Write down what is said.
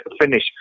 finish